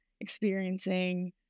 experiencing